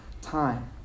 time